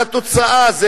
והתוצאה היא,